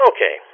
Okay